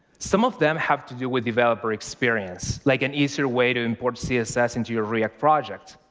some of them have to do with developer experience, like an easier way to import css into your react project.